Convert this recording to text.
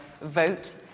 vote